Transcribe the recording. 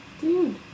dude